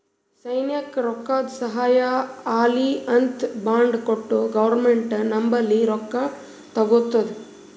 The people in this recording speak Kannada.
ಸೈನ್ಯಕ್ ರೊಕ್ಕಾದು ಸಹಾಯ ಆಲ್ಲಿ ಅಂತ್ ಬಾಂಡ್ ಕೊಟ್ಟು ಗೌರ್ಮೆಂಟ್ ನಂಬಲ್ಲಿ ರೊಕ್ಕಾ ತಗೊತ್ತುದ